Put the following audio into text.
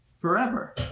forever